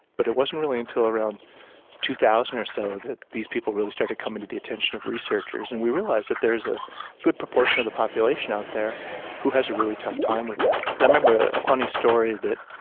but it wasn't really until around two thousand or so that these people really started coming to the attention of researchers, and we realised that there is a good proportion of the population out there who has a really tough time with that. i remember a funny story that,